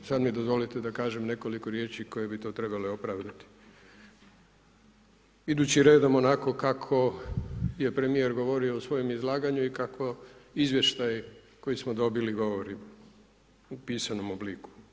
Sada mi dozvolite da kažem nekoliko riječi koje bi to trebale opravdati, idući redom onako kako je premijer govorio u svojem izlaganju i kako izvještaj koji smo dobili govori u pisanom obliku.